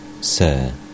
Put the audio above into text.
Sir